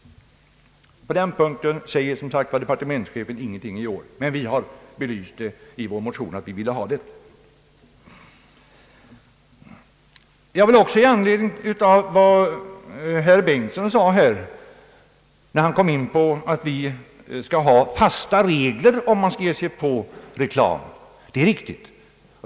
På den punkten säger departementschefen ingenting i år, men vi har i vår motion belyst hur vi vill lösa det hela. I anledning av vad herr Bengtson sade om att man måste ha fasta regler om man skall ge sig in på reklam vill jag påpeka att det är riktigt.